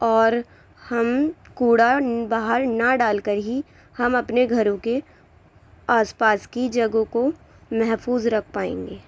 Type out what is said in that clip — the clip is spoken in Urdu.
اور ہم کوڑا باہر نہ ڈال کر ہی ہم اپنے گھروں کے آس پاس کی جگہوں کو محفوظ رکھ پائیں گے